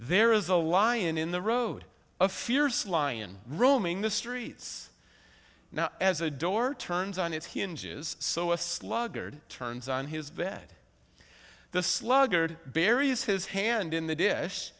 there is a lion in the road a fierce lion roaming the streets now as a door turns on its hinges so a sluggard turns on his bed the sluggard buries his hand in the dish